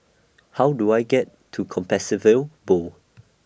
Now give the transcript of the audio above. How Do I get to Compassvale Bow